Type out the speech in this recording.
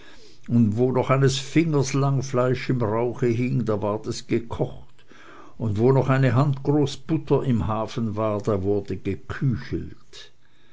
und wo noch eines fingers lang fleisch im rauche hing da ward es gekocht und wo noch eine handgroß butter im hafen war da wurde geküchelt